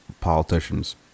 politicians